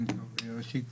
ראשית,